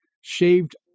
shaved